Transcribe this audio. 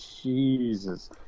Jesus